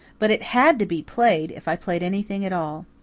but it had to be played, if i played anything at all.